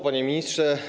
Panie Ministrze!